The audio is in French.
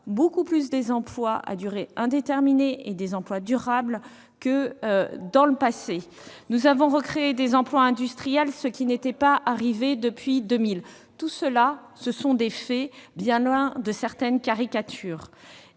beaucoup plus des emplois à durée indéterminée et des emplois durables que dans le passé. Nous avons recréé des emplois industriels, ce qui n'était pas arrivé depuis 2000. Ce sont des faits, bien loin de certaines caricatures.